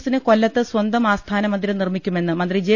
P S C ഓഫീസിന് കൊല്ലത്ത് സ്വന്തം ആസ്ഥാനമന്ദിരം നിർമ്മിക്കുമെന്ന് മന്ത്രി ജെ